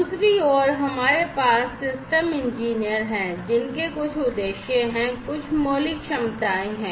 दूसरी ओर हमारे पास सिस्टम इंजीनियर हैं जिनके कुछ उद्देश्य हैं और कुछ मौलिक क्षमताएं हैं